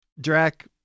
Drac